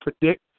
predict